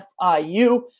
FIU